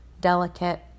Delicate